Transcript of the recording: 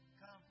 Come